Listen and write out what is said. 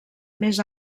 més